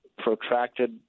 protracted